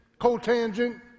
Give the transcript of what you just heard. cotangent